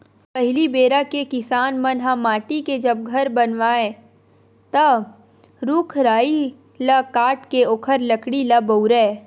पहिली बेरा के किसान मन ह माटी के जब घर बनावय ता रूख राई ल काटके ओखर लकड़ी ल बउरय